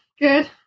Good